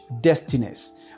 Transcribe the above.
destinies